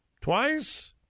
Twice